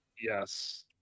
Yes